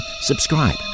subscribe